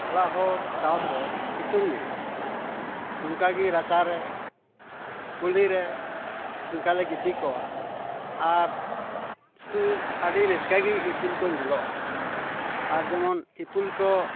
ᱚᱲᱟᱜ ᱦᱚᱲ ᱥᱟᱶᱛᱮ ᱥᱤᱛᱩᱝ ᱫᱤᱱ ᱱᱚᱝᱠᱟᱜᱮ ᱨᱟᱪᱟᱨᱮ ᱠᱩᱞᱦᱤ ᱨᱮ ᱱᱚᱝᱠᱟᱞᱮ ᱜᱤᱛᱤᱡ ᱠᱚᱜᱼᱟ ᱟᱨ ᱥᱤᱛᱩᱝ ᱫᱤᱱ ᱟᱹᱰᱤ ᱨᱟᱹᱥᱠᱟᱹᱜᱮ ᱤᱯᱤᱞ ᱠᱚ ᱧᱮᱞᱚᱜᱼᱟ ᱟᱨ ᱡᱮᱢᱚᱱ ᱤᱯᱤᱞ ᱠᱚ